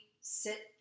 sit